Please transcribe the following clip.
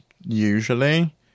usually